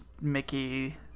Mickey